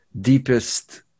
deepest